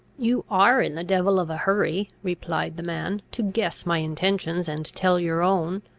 you are in the devil of a hurry, replied the man, to guess my intentions, and tell your own.